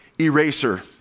eraser